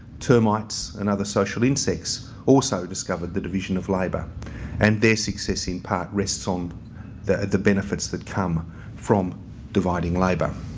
termites and other social insects also discovered the division of labor and their success in part rests on the the benefits that come from dividing labor.